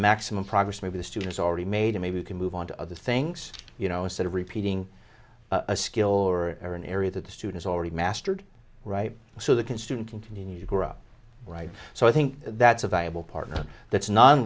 maximum progress maybe the students already made or maybe you can move on to other things you know instead of repeating a skill or or an area that the students already mastered right so they can student continue to grow up right so i think that's a viable partner that's non